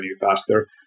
faster